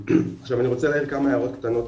עכשיו אני רוצה להעיר כמה הערוך קטנות